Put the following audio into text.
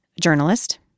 journalist